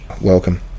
welcome